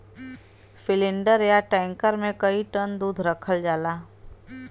cylinder या tanker मे कई टन दूध रखल जाला